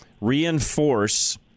reinforce